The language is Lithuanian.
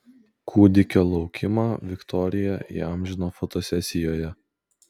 kūdikio laukimą viktorija įamžino fotosesijoje